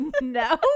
No